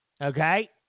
Okay